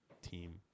team